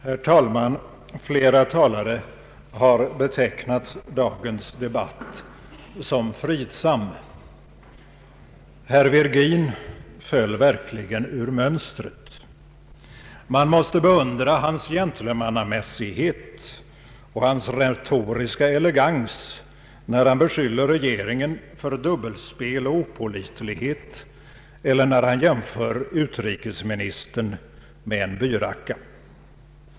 Herr talman! Flera talare har betecknat dagens debatt som fridsam. Herr Virgin föll verkligen ur mönstret. Man måste beundra hans gentlemannamässighet och hans retoriska elegans när han beskyller regeringen för dubbelspel och opålitlighet eller när han jämför utrikesministern med en byracka.